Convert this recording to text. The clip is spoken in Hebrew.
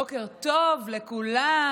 בוקר טוב לכולם.